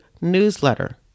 newsletter